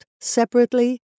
separately